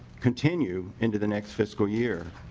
continue into the next fiscal year.